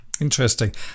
Interesting